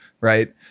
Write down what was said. right